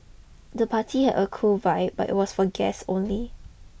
the party had a cool vibe but was for guests only